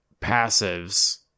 passives